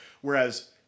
Whereas